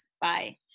Bye